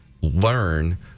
learn